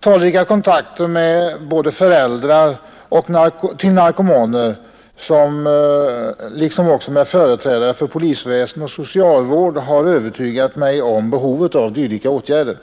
Talrika kontakter med såväl föräldrar till narkomaner som företrädare för polisväsen och socialvård har övertygat mig om behovet av dylika åtgärder.